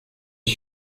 est